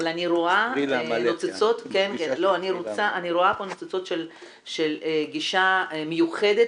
אבל אני רואה פה ניצוצות של גישה מיוחדת